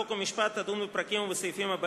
חוק ומשפט תדון בפרק ל"ד,